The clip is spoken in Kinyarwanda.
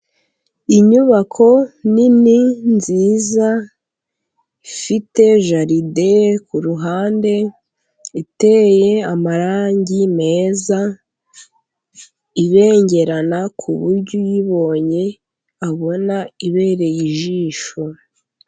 Inyubako nini nziza, ifite jaride ku ruhande, iteye amarangi meza ibengerana, ku buryo uyibonye abona ibereye ijisho.